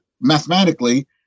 mathematically